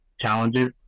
challenges